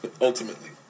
Ultimately